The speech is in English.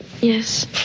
Yes